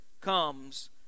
comes